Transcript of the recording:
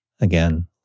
again